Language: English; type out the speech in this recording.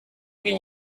can